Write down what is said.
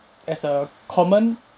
as a common